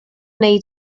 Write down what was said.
wnei